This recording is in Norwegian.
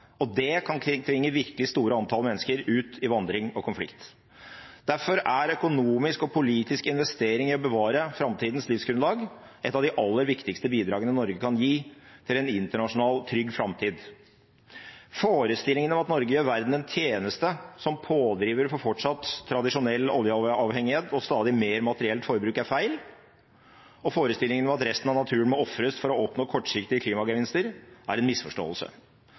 og det kan tvinge virkelig store antall mennesker ut i vandring og konflikt. Derfor er økonomiske og politiske investeringer for å bevare framtidas livsgrunnlag noe av det viktigste Norge kan gi til en internasjonal trygg framtid. Forestillingen om at Norge gjør verden en tjeneste som pådriver for fortsatt tradisjonell oljeavhengighet og stadig mer forbruk, er feil, og forestillingen om at resten av naturen må ofres for å oppnå kortsiktige klimagevinster, er en misforståelse.